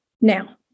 now